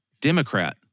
Democrat